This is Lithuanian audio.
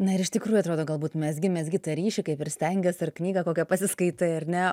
na ir iš tikrųjų atrodo galbūt mezgi mezgi tą ryšį kaip ir stengies ir knygą kokią pasiskaitai ar ne